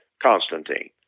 Constantine